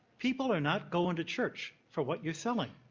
people are not going to church for what you're selling.